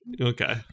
Okay